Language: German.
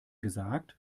gesagt